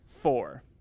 four